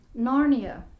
Narnia